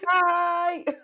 Bye